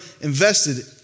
invested